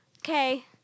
Okay